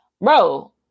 bro